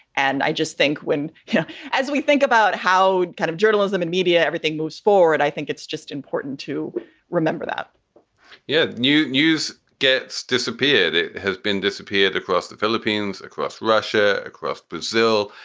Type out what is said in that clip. and i just think when yeah as we think about how kind of journalism in media, everything moves forward, i think it's just important to remember that yeah. new news gets disappeared. it has been disappeared across the philippines. across russia. across brazil.